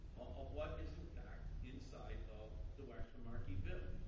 of what is, in fact, inside of the waxman-markey bill.